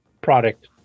product